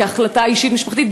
כהחלטה אישית משפחתית,